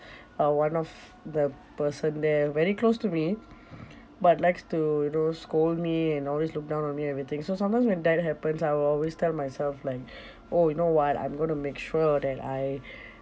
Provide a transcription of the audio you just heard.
uh one of the person there very close to me but likes to you know scold me and always look down on me everything so sometimes when that happens I will always tell myself like oh you know what I'm going to make sure that I